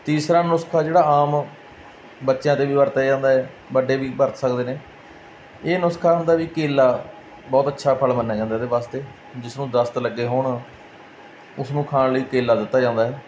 ਤੀਸਰਾ ਨੁਸਖਾ ਜਿਹੜਾ ਆਮ ਬੱਚਿਆਂ 'ਤੇ ਵੀ ਵਰਤਿਆ ਜਾਂਦਾ ਹੈ ਵੱਡੇ ਵੀ ਵਰਤ ਸਕਦੇ ਨੇ ਇਹ ਨੁਸਖਾ ਹੁੰਦਾ ਵੀ ਕੇਲਾ ਬਹੁਤ ਅੱਛਾ ਫਲ ਮੰਨਿਆ ਜਾਂਦਾ ਇਹਦੇ ਵਾਸਤੇ ਜਿਸਨੂੰ ਦਸਤ ਲੱਗੇ ਹੋਣ ਉਸ ਨੂੰ ਖਾਣ ਲਈ ਕੇਲਾ ਦਿੱਤਾ ਜਾਂਦਾ